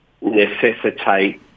necessitate